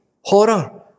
horror